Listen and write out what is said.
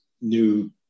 new